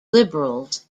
liberals